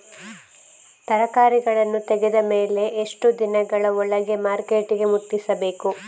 ತರಕಾರಿಗಳನ್ನು ತೆಗೆದ ಮೇಲೆ ಎಷ್ಟು ದಿನಗಳ ಒಳಗೆ ಮಾರ್ಕೆಟಿಗೆ ಮುಟ್ಟಿಸಬೇಕು?